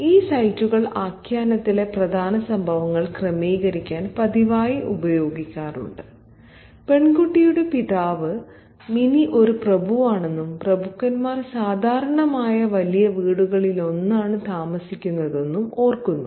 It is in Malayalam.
ഈ സൈറ്റുകൾ ആഖ്യാനത്തിലെ പ്രധാന സംഭവങ്ങൾ ക്രമീകരിക്കാൻ പതിവായി ഉപയോഗിക്കാറുണ്ട് പെൺകുട്ടിയുടെ പിതാവ് മിനി ഒരു പ്രഭുവാണെന്നും പ്രഭുക്കന്മാർ സാധാരണയായി വലിയ വീടുകളിലാണ് താമസിക്കുന്നതെന്നും ഓർക്കുന്നു